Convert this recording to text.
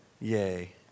Yay